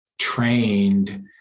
trained